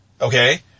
Okay